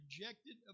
rejected